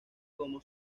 como